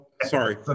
Sorry